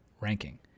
ranking